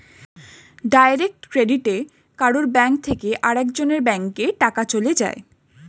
direct ক্রেডিটে কারুর bank থেকে আরেক জনের ব্যাংকে টাকা চলে যায়